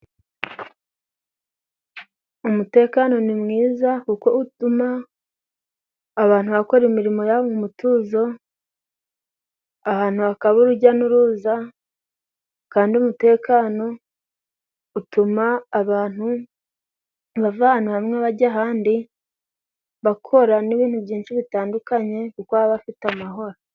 Umutekano ni mwiza kuko utuma abantu bakora imirimo yabo mu mutuzo, ahantu hakaba urujya n'uruza kandi umutekano utuma abantu bavana hamwe bajya ahandi, bakora n'ibintu byinshi bitandukanye kuko baba bafite amahoro.